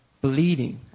Bleeding